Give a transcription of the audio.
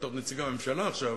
בתור נציג הממשלה עכשיו,